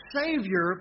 Savior